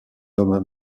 homme